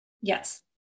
Yes